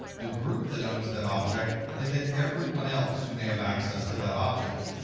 the group that owns that object, and then everyone else who may have access to that object.